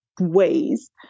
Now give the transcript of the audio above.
ways